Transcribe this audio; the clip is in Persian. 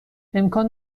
امکان